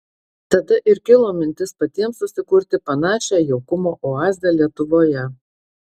tada ir kilo mintis patiems susikurti panašią jaukumo oazę lietuvoje